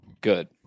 good